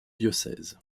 diocèse